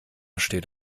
steht